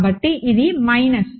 కాబట్టి ఇది మైనస్